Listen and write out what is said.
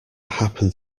happened